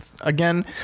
again